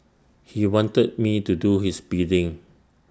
he wanted me to do his bidding